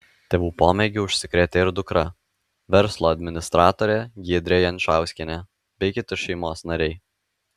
tėvų pomėgiu užsikrėtė ir dukra verslo administratorė giedrė jančauskienė bei kiti šeimos nariai